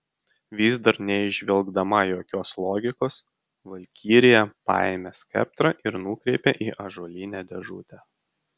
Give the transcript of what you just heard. vis dar neįžvelgdama jokios logikos valkirija paėmė skeptrą ir nukreipė į ąžuolinę dėžutę